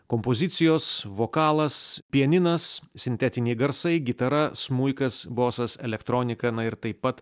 kompozicijos vokalas pianinas sintetiniai garsai gitara smuikas bosas elektronika na ir taip pat